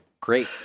Great